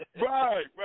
right